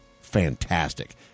fantastic